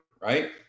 right